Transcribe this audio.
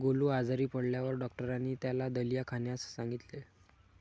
गोलू आजारी पडल्यावर डॉक्टरांनी त्याला दलिया खाण्यास सांगितले